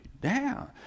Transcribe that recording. down